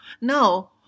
No